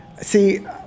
See